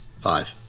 Five